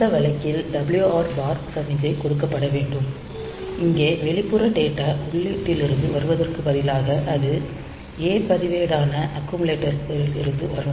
அந்த வழக்கில் WR பார் சமிக்ஞை கொடுக்கப்பட வேண்டும் இங்கே வெளிப்புற டேட்டா உள்ளீட்டிலிருந்து வருவதற்கு பதிலாக அது A பதிவேடான அக்குமுலேட்டர் இருந்து வரும்